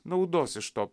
naudos iš to